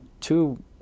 two